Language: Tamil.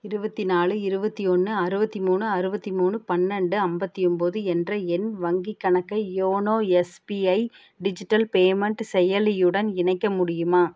இருபத்தி நாலு இருபத்தி ஒன்று அறுபத்தி மூணு அறுபத்தி மூணு பன்னெரெண்டு ஐம்பத்தி ஒன்போது என்ற என் வங்கி கணக்கை யோனோ எஸ்பிஐ டிஜிட்டல் பேமெண்ட் செயலியுடன் இணைக்க முடியுமா